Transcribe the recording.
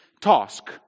task